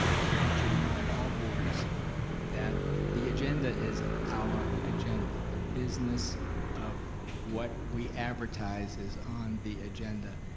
want to remind all boards that the agenda is our agenda. the business of what we advertise is on the agenda.